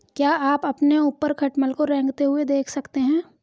क्या आप अपने ऊपर खटमल को रेंगते हुए देख सकते हैं?